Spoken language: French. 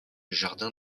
jardin